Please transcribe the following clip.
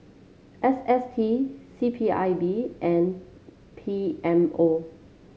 S S T C P I B and P M O